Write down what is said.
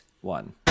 one